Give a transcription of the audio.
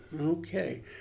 Okay